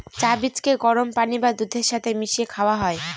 চা বীজকে গরম পানি বা দুধের সাথে মিশিয়ে খাওয়া হয়